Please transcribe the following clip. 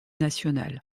nationale